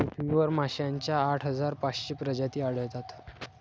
पृथ्वीवर माशांच्या आठ हजार पाचशे प्रजाती आढळतात